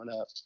up